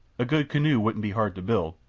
a good canoe wouldn't be hard to build,